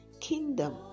kingdom